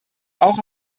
auch